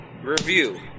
review